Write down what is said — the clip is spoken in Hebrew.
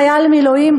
חייל מילואים,